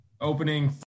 opening